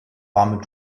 warme